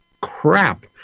crap